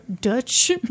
Dutch